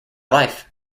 life